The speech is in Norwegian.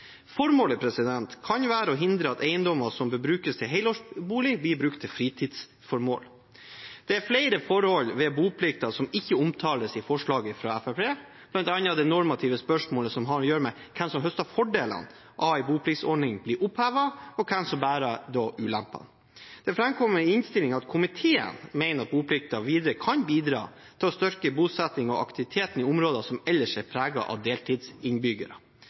Formålet kan være å hindre at eiendommer som bør brukes til helårsbolig, blir brukt til fritidsformål. Det er flere forhold ved boplikten som ikke omtales i forslaget fra Fremskrittspartiet, bl.a. det normative spørsmålet som har å gjøre med hvem som høster fordelene av at en bopliktordning blir opphevet, og hvem som bærer ulempene. Det framkommer i innstillingen at komiteen mener at boplikten videre kan bidra til å styrke bosetting og aktivitet i områder som ellers er preget av deltidsinnbyggere.